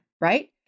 right